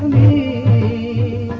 a